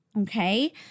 okay